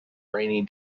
rainy